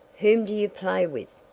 whom do you play with?